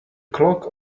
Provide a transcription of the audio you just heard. clock